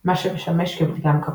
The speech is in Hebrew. מה שמשמש כמדגם קבוע.